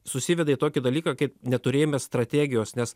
susiveda į tokį dalyką kad neturėjimas strategijos nes